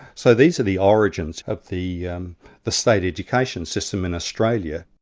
so these are the origins of the um the state education system in australia.